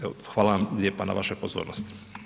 Evo, hvala vam lijepo na vašoj pozornosti.